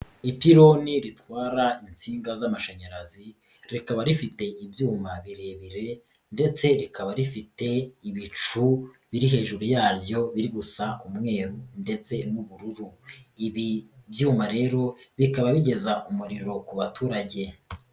Ipironi ritwara insinga z'amashanyarazi, rikaba rifite ibyuma birebire ndetse rikaba rifite ibicu biri hejuru yaryo biri gusa umweru ndetse n'ubururu, ibi byuma rero bikaba bigeza umuriro ku baturage.